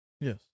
Yes